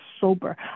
sober